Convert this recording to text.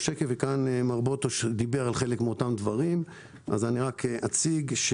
מר בוטוש דיבר על חלק מאותם דברים אז רק אציג.